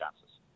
chances